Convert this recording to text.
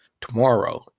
tomorrow